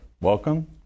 welcome